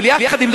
אבל עם זאת,